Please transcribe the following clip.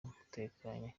batekanye